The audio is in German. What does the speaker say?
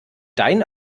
deinen